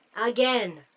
Again